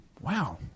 Wow